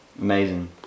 Amazing